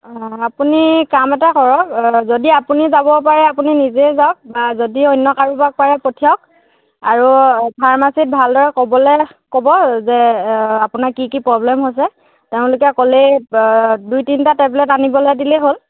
অ' আপুনি কাম এটা কৰক যদি আপুনি যাব পাৰে আপুনি নিজেই যাওক বা যদি অন্য কাৰোবাক পাৰে পঠিয়াওক আৰু ফাৰ্মাচীত ভালদৰে ক'বলৈ ক'ব যে আপোনাৰ কি কি প্ৰব্লেম হৈছে তেওঁলোকে ক'লেই দুই তিনিটা টেবলেত আনিবলৈ দিলেই হ'ল